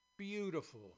Beautiful